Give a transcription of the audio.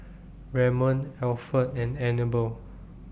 Ramon Alferd and Anibal